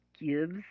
gives